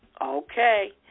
Okay